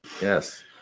yes